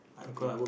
okay